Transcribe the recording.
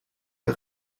der